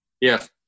Yes